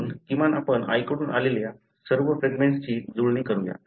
म्हणून किमान आपण आईकडून आलेल्या सर्व फ्रॅगमेंट्सची जुळणी करूया